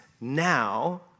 now